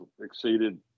exceeded